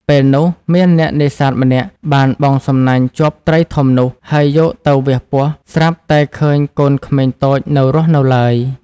ពេលនោះ មានអ្នកនេសាទម្នាក់បានបង់សំណាញ់ជាប់ត្រីធំនោះ ហើយយកទៅវះពោះ ស្រាប់តែឃើញកូនក្មេងតូចនៅរស់នៅឡើយ។